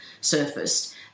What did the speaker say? surfaced